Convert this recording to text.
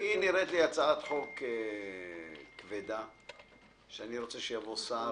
היא נראית לי הצעת חוק כבדה, שאני רוצה שיבוא שר